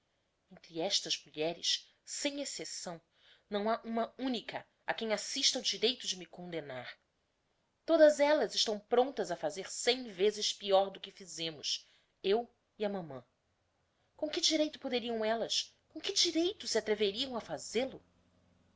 entre estas mulheres sem excepção não ha uma unica a quem assista o direito de me condemnar todas ellas estão prontas a fazer cem vezes peor do que fizemos eu e a mamã com que direito poderiam ellas com que direito se atreveriam a fazêl o